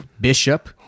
bishop